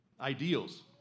ideals